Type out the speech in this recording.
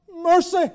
mercy